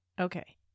Okay